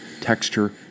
texture